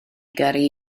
gyrru